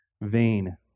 vain